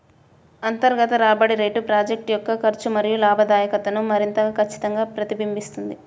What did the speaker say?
అంతర్గత రాబడి రేటు ప్రాజెక్ట్ యొక్క ఖర్చు మరియు లాభదాయకతను మరింత ఖచ్చితంగా ప్రతిబింబిస్తుంది